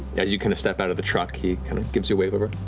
as you kind of step out of the truck, he kind of gives you a wave over.